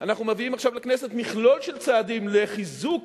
אנחנו מביאים עכשיו לכנסת מכלול של צעדים לחיזוק